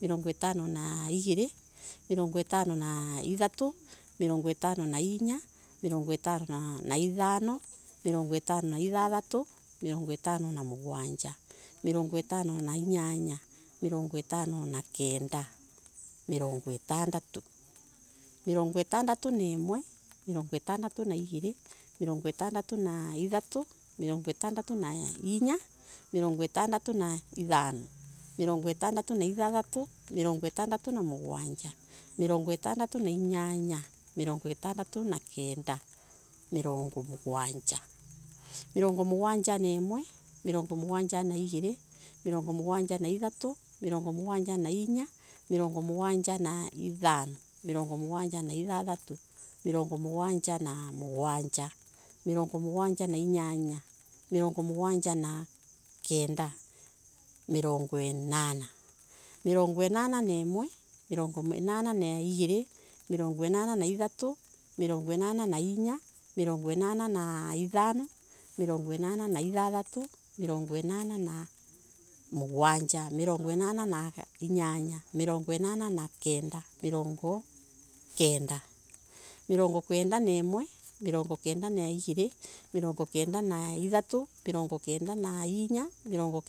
Mirongo itano na igiri, mirongo itanona ithatu mirongo itano na inya, mirongo itano na ithano, mirongo itano na ithathatu, mirongo itano na mugwanja, mirongo itano na inyanya, mirongo itano na kenda, mirongo ithathatu, mirongo ithathatu na imwe, mirongo ethathata na igiri. Mirongo ethathata na ithatu, mirongo ethathata na inya, mirongo ethathata na ithano, mirongo mirongo ethathatu na ithathatu, mirongo ethathatu na mugwanja, mirongo ethathatu na inyanya, mirongo ethathatu na na kenda, mirongo mugwanja, mirongo mugwanja na imwe mirongo mugwanja na igiri, mirongo mugwanja na ithatu mirongo mugwanja na inya, mirongo mugwanja na ithano, mirongo mugwanja na ithathatu, mirongo mugwanja na mugwanja, mirongo mugwanja na mugwanja, mirongo mugwanja na inyanya, mirongo mugwanja na kenda mirongo